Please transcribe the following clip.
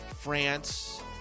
France